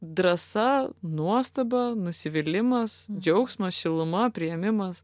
drąsa nuostaba nusivylimas džiaugsmas šiluma priėmimas